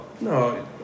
no